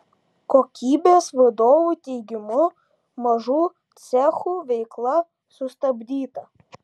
kokybės vadovo teigimu mažų cechų veikla sustabdyta